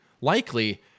likely